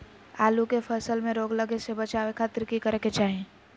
आलू के फसल में रोग लगे से बचावे खातिर की करे के चाही?